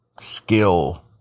skill